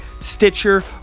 Stitcher